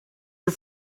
are